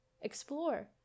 Explore